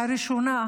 הראשונה,